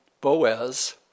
Boaz